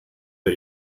der